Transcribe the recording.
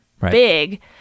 big